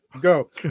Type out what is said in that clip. go